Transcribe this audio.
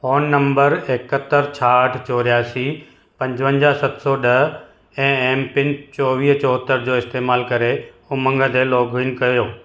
phone number इकहतरि छहाठि चौरासी पंजवंजाह सत सौ ॾह ऐं एम पिन चौवीह चौहत्तरि जो इस्तैमालु करे उमंग ते लोगइन कयो